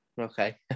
Okay